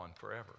forever